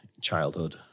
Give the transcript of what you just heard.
childhood